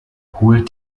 holt